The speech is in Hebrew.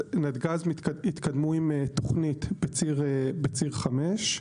נתג"ז התקדמו עם תוכנית בציר חמש,